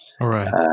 right